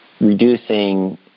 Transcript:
reducing